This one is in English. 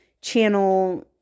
channel